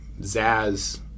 Zaz